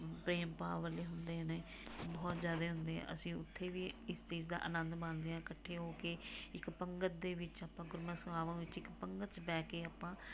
ਪ੍ਰੇਮ ਭਾਵ ਵਾਲੇ ਹੁੰਦੇ ਨੇ ਬਹੁਤ ਜ਼ਿਆਦਾ ਹੁੰਦੇ ਆ ਅਸੀਂ ਉੱਥੇ ਵੀ ਇਸ ਚੀਜ਼ ਦਾ ਆਨੰਦ ਮਾਣਦੇ ਹਾਂ ਇਕੱਠੇ ਹੋ ਕੇ ਇੱਕ ਪੰਗਤ ਦੇ ਵਿੱਚ ਆਪਾਂ ਗੁਰਮਤਿ ਸਮਾਗਮ ਵਿੱਚ ਇੱਕ ਪੰਗਤ 'ਚ ਬਹਿ ਕੇ ਆਪਾਂ